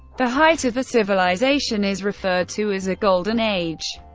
the height of a civilization is referred to as a golden age.